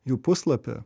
jų puslapį